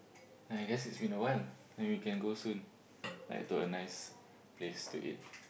I guess it's been a while and we can go swim to a nice place to eat